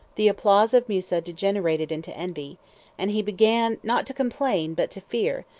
the applause of musa degenerated into envy and he began, not to complain, but to fear,